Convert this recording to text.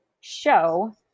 show